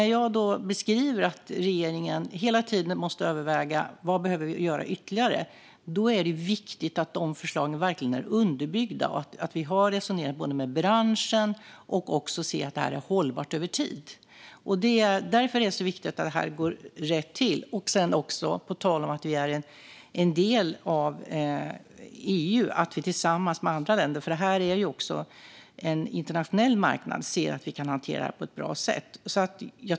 Regeringen måste hela tiden överväga vad ytterligare vi behöver göra. Och det är viktigt att förslagen verkligen är underbyggda, att vi resonerar med branschen och att vi ser att det är hållbart över tid. Det är viktigt att det går rätt till. På tal om att vi är en del av EU måste vi också tillsammans med andra länder - det är en internationell marknad - se till att vi kan hantera det på ett bra sätt.